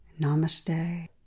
namaste